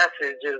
messages